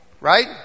Right